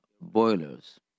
boilers